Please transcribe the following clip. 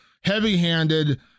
heavy-handed